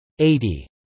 80